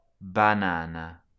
Banana